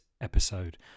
episode